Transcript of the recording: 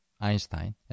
Einstein